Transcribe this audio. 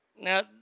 Now